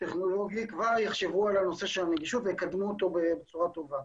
טכנולוגי כבר יחשבו על הנושא של הנגישות ויקדמו אותו בצורה טובה.